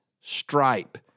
Stripe